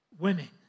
Women